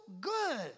good